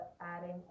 adding